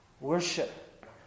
Worship